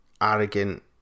arrogant